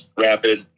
rapid